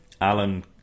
Alan